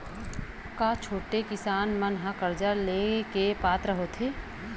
का छोटे किसान मन हा कर्जा ले के पात्र होथे?